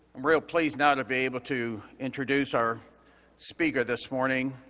i'm real pleased now to be able to introduce our speaker this morning.